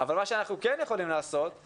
אבל מה שאנחנו כן יכולים לעשות הוא